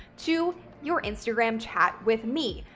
to your instagram chat with me.